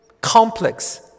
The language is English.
complex